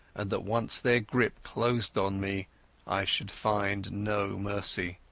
and that once their grip closed on me i should find no mercy.